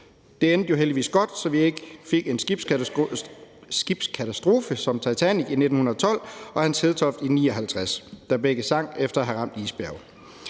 Det endte jo heldigvis godt, så vi ikke fik en skibskatastrofe som med »Titanic« i 1912 og »Hans Hedtoft« i 1959, der begge sank efter at have ramt isbjerge.